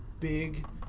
big